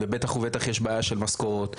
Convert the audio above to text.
ובטח ובטח יש בעיה של משכורות,